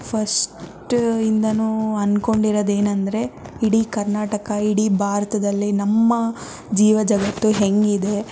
first ಇಂದನೂ ಅಂದ್ಕೊಂಡಿರೋದು ಏನೆಂದ್ರೆ ಇಡೀ ಕರ್ನಾಟಕ ಇಡೀ ಭಾರತದಲ್ಲಿ ನಮ್ಮ ಜೀವಜಗತ್ತು ಹೇಗಿದೆ